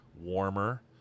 warmer